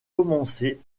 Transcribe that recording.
commencer